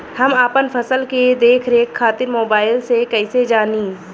हम अपना फसल के देख रेख खातिर मोबाइल से कइसे जानी?